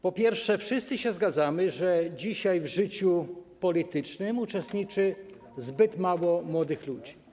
Po pierwsze, wszyscy zgadzamy się, że dzisiaj w życiu politycznym uczestniczy zbyt mało młodych ludzi.